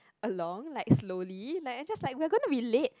along like slowly like it's just like we're gonna be late